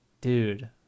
Dude